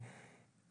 אני